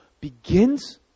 begins